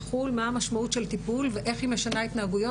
המשמעות של טיפול ואיך היא משנה התנהגויות,